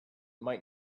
might